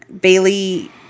bailey